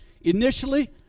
initially